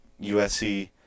USC